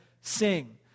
sing